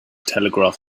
telegraph